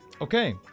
Okay